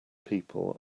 people